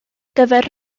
gyfer